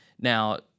Now